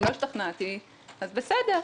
אם לא השתכנעתי - אז בסדר.